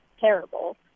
terrible